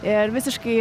ir visiškai